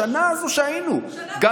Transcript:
בשנה הזאת שהיינו, שנה וחצי.